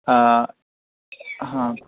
ہاں ہاں